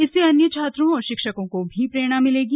इससे अन्य छात्रों और शिक्षकों को भी प्रेरणा मिलेगी